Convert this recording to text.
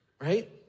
right